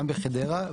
גם בחדרה,